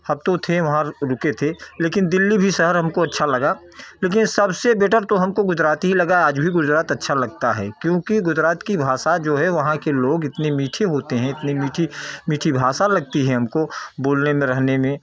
अब तो थे वहाँ रुके थे लेकिन दिल्ली भी शहर हमको अच्छा लगा लेकिन सबसे बेटर तो हमको गुजरात ही लगा आज भी गुजरात अच्छा लगता है क्योंकि गुजरात की भाषा जो है वहाँ के लोग इतने मीठे होते हैं इतनी मीठी मीठी भाषा लगती है हमको बोलने में रहने में